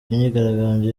imyigaragambyo